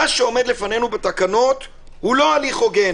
מה שעומד בפנינו בתקנות הוא לא הליך הוגן,